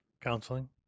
Counseling